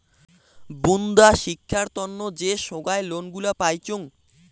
বুন্দা শিক্ষার তন্ন যে সোগায় লোন গুলা পাইচুঙ